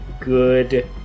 good